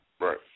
Right